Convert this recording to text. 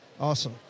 Awesome